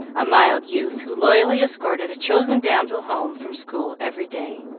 a mild youth, who loyally escorted a chosen damsel home from school every day.